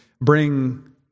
bring